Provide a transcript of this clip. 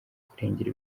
kurengera